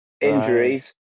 injuries